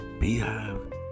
Beehive